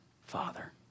father